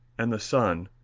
and the sun,